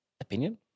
opinion